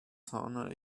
sauna